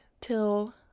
till